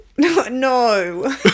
No